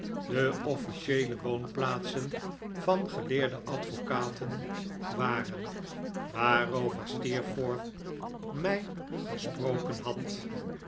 de officieele david copperfield woonplaatsen van de geleerde advocaten waren waarover steerforth mij gesproken had